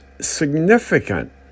significant